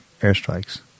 airstrikes